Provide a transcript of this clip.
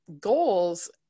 goals